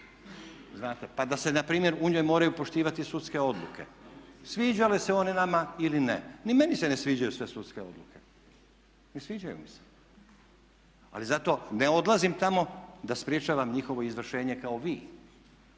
pa da se npr. u njoj moraju poštivati sudske odluke sviđale se one nama ili ne. Ni meni se ne sviđaju sve sudske odluke, ne sviđaju mi se ali zato ne odlazim tamo da sprječavam njihovo izvršenje kao vi.